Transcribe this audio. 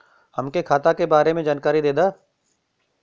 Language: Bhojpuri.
हमके खाता के बारे में जानकारी देदा?